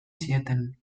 zieten